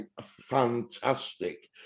fantastic